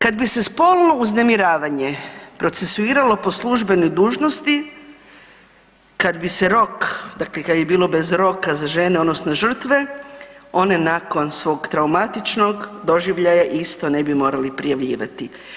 Kad bi se spolno uznemiravanje procesuiralo po službenoj dužnosti, kad bi se rok dakle kad bi bilo bez roka za žene odnosno žrtve, one nakon svog traumatičnog doživljaja isto ne bi morali prijavljivati.